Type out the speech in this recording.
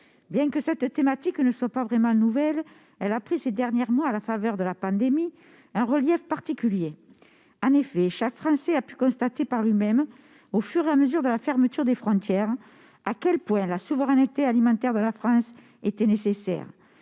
Bien que cette thématique ne soit pas vraiment nouvelle, elle a pris ces derniers mois, à la faveur de la pandémie, un relief particulier. En effet, chaque Français a pu constater par lui-même, au fur et à mesure que les frontières fermaient, à quel point la souveraineté alimentaire de la France était nécessaire,